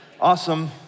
awesome